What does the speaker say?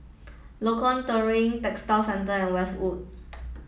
Lorong Terigu Textile Centre and Westwood